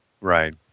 Right